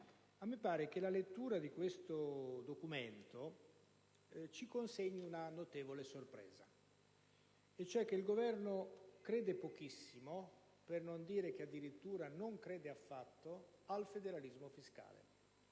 a me sembra che la lettura di questo documento ci consegni una notevole sorpresa. Il Governo crede pochissimo, per non dire che addirittura non crede affatto, al federalismo fiscale.